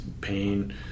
pain